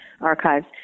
archives